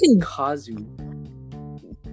Kazu